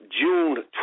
June